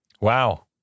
Wow